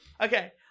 Okay